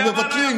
אבל מוותרים,